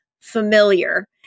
familiar